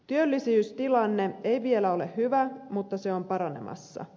työllisyystilanne ei vielä ole hyvä mutta se on paranemassa